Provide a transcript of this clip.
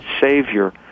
Savior